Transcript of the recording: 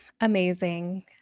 Amazing